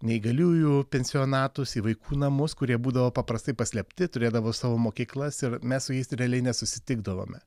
neįgaliųjų pensionatus į vaikų namus kurie būdavo paprastai paslėpti turėdavo savo mokyklas ir mes su jais realiai nesusitikdavome